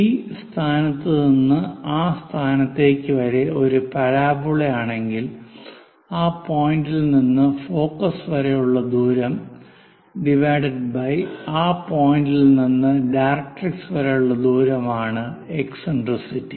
ഈ സ്ഥാനത്ത് നിന്ന് ആ സ്ഥാനത്തേക്ക് വരെ ഒരു പരാബോളയാണെങ്കിൽ ആ പോയിന്റ്റിൽ നിന്ന് ഫോക്കസ് വരെ ഉള്ള ദൂരം ÷ ആ പോയിന്റ്റിൽ നിന്ന് ഡയറക്ട്രിക്സിൽ വരെ ഉള്ള ദൂരം ആണ് എക്സിൻട്രിസിറ്റി